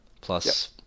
plus